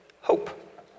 hope